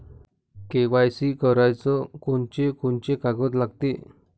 KYC कराच कोनचे कोनचे कागद लागते?